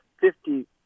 Fifty